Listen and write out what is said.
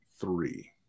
three